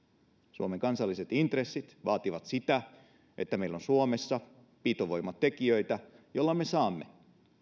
suomen kansalliset intressit vaativat sitä että meillä on suomessa pitovoimatekijöitä joilla me saamme